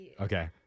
Okay